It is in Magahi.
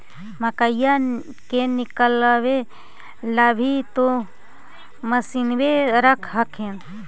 मकईया के निकलबे ला भी तो मसिनबे रख हखिन?